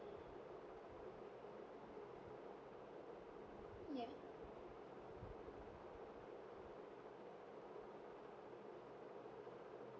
yeah